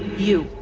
you.